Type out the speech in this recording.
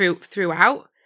throughout